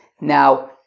Now